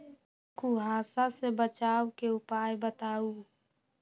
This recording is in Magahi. कुहासा से बचाव के उपाय बताऊ?